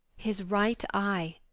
his right eye!